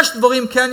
יש דברים שכן,